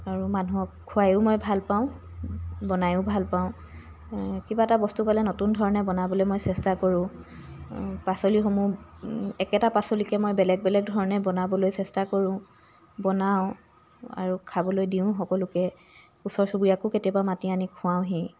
আৰু মানুহক খুৱায়ো মই ভাল পাওঁ বনায়ো ভাল পাওঁ কিবা এটা বস্তু পালে নতুন ধৰণে বনাবলৈ মই চেষ্টা কৰোঁ পাচলিসমূহ একেটা পাচলিকে মই বেলেগ বেলেগ ধৰণে বনাবলৈ চেষ্টা কৰোঁ বনাওঁ আৰু খাবলৈ দিওঁ সকলোকে ওচৰ চুবুৰীয়াকো কেতিয়াবা মাতি আনি খুৱাওঁহি